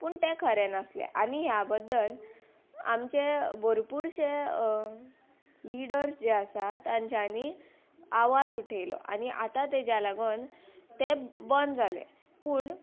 पूण तें खरें नासलें आनी ह्या बद्दल आमचे भोरपूरशे लिडर्स जे आसात तेंच्यांनी आवाज उठयलो आनी आतां तेज्या लागोन ते बंद जाले पूण